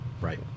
Right